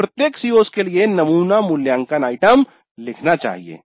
हमें प्रत्येक CO's के लिए नमूना मूल्यांकन आइटम लिखना चाहिए